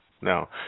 no